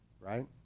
right